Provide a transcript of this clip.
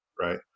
right